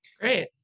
great